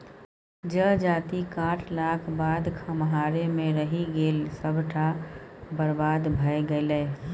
जजाति काटलाक बाद खम्हारे मे रहि गेल सभटा बरबाद भए गेलै